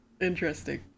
Interesting